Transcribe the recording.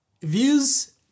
Views